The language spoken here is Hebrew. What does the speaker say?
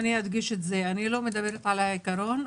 אני לא מדברת על העיקרון,